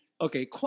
Okay